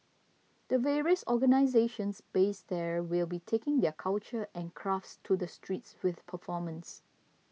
the various organisations based there will be taking their culture and crafts to the streets with performance